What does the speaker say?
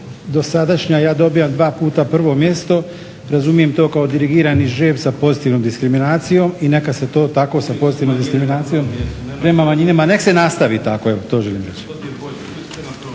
dosadašnja ja dobivam dva puta prvo mjesto. Razumijem to kao dirigirani žrijeb za pozitivnom diskriminacijom i neka se to tako sa pozitivnom diskriminacijom prema manjinama, neka se nastavi tako evo to želim